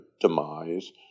demise